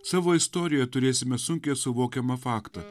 savo istorijo turėsime sunkiai suvokiamą faktą